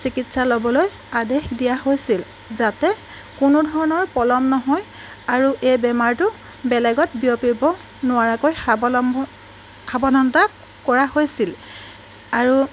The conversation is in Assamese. চিকিৎসা ল'বলৈ আদেশ দিয়া হৈছিল যাতে কোনো ধৰণৰ পলম নহয় আৰু এই বেমাৰটো বেলেগত বিয়পিব নোৱাৰাকৈ সাৱধানতা কৰা হৈছিল আৰু